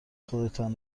خودتان